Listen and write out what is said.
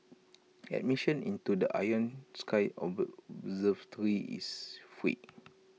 admission into the Ion sky observatory is free